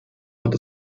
hat